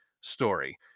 story